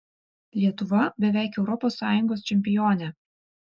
lietuva beveik europos sąjungos čempionė